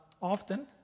often